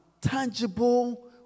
tangible